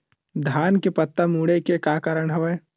धान के पत्ता मुड़े के का कारण हवय?